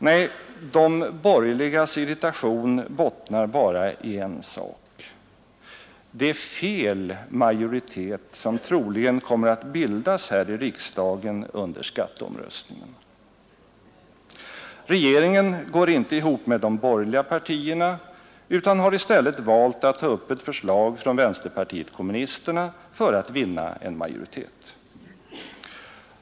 Nej, de borgerligas irritation bottnar bara i en sak; det är fel majoritet som troligen kommer att bildas här i riksdagen under skatteomröstningen. Regeringen går inte ihop med de borgerliga partierna, utan har i stället valt att ta upp ett förslag från vänsterpartiet kommunisterna för att vinna en majoritet.